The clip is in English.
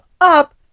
up